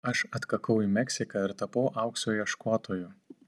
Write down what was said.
aš atkakau į meksiką ir tapau aukso ieškotoju